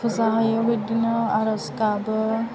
फुजा होयो बिदिनो आरज गाबो